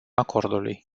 acordului